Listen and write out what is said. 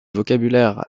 vocabulaire